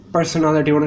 Personality